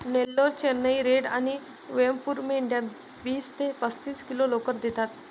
Nellore, Chennai red आणि वेमपूर मेंढ्या वीस ते पस्तीस किलो लोकर देतात